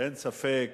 אין ספק